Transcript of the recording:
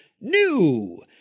New